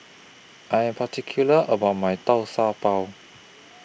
I Am particular about My Tau Pau